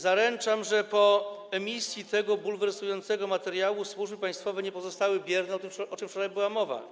Zaręczam, że po emisji tego bulwersującego materiału służby państwowe nie pozostały bierne, o czym wczoraj była mowa.